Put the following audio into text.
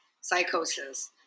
psychosis